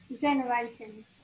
generations